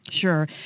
Sure